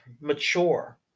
mature